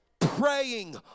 praying